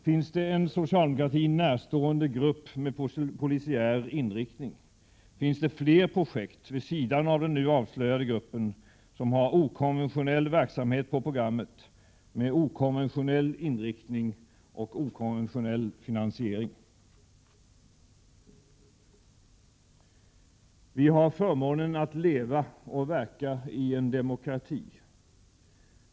Finns det en socialdemokratin närstående grupp med polisiär inriktning? Finns det fler projekt, vid sidan av den nu avslöjade gruppen, som har ”okonventionell” verksamhet på programmet, med ”okonventionell inriktning” och ”okonventionell finansiering”? Vi har förmånen att leva och verka i en demokrati.